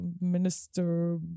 minister